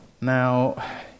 Now